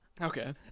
Okay